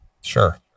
Sure